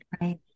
Right